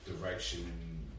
direction